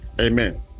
Amen